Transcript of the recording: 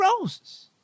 Roses